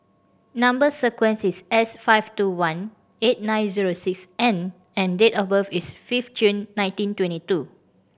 number sequence is S five two one eight nine zero six N and date of birth is fifth June nineteen twenty two